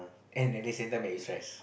and at the same time make you stress